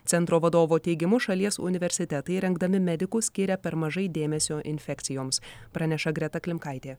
centro vadovo teigimu šalies universitetai rengdami medikus skiria per mažai dėmesio infekcijoms praneša greta klimkaitė